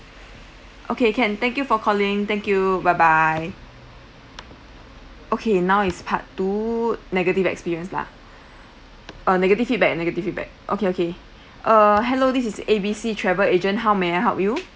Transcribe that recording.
okay can thank you for calling thank you bye bye okay now it's part two negative experience lah uh negative feedback negative feedback okay okay uh hello this is A_B_C travel agent how may I help you